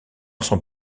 son